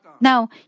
Now